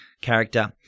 character